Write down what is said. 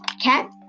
Cat